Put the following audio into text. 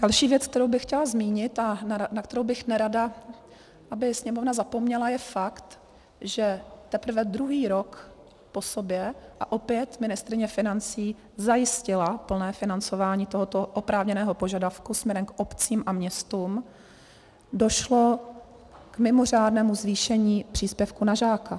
Další věc, kterou bych chtěla zmínit a na kterou bych nerada, aby Sněmovna zapomněla, je fakt, že teprve druhý rok po sobě, a opět ministryně financí zajistila plné financování tohoto oprávněného požadavku směrem k obcím a městům, došlo k mimořádnému zvýšení příspěvku na žáka.